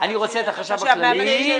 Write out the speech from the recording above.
אני רוצה את החשב הכללי.